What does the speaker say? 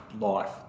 life